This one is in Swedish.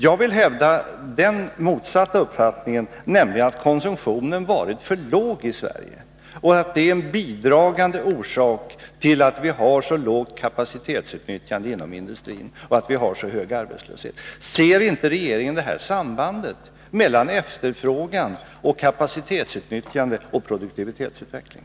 Jag hävdar den motsatta uppfattningen, nämligen att konsumtionen har varit för låg i Sverige och att detta har bidragit till att vi har ett så dåligt kapacitetsutnyttjande inom industrin och en så hög arbetslöshet. Ser regeringen inte detta samband mellan efterfrågan, kapacitetsutnyttjande och produktivitetsutveckling?